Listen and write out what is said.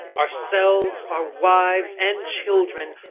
ourselves, our wives, and children,